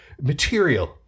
material